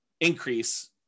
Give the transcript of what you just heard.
increase